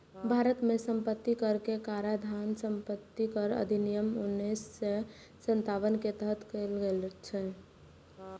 भारत मे संपत्ति कर के काराधान संपत्ति कर अधिनियम उन्नैस सय सत्तावन के तहत कैल गेल छै